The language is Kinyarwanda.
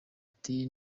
ati